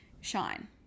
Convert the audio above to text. shine